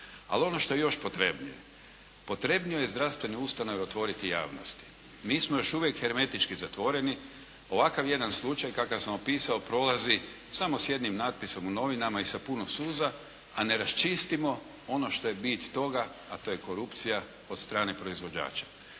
Ali ono što je još potrebnije, potrebnije je zdravstvene ustanove otvoriti javnosti. Mi smo još uvijek hermetički zatvoreni, ovakav jedan slučaj kakav sam opisao prolazi samo s jednim natpisom u novinama i sa puno suza, a ne raščistimo ono što je bit toga, a to je korupcija od strane proizvođača.